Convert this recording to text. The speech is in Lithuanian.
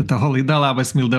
tavo laida labas milda